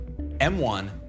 M1